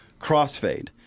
crossfade